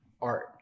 art